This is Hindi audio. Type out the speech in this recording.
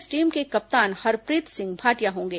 इस टीम के कप्तान हरप्रीत सिंह भाटिया होंगे